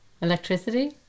Electricity